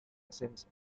ascenso